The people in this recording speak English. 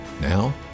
Now